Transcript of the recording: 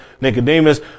Nicodemus